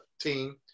team